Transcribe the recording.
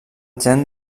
gen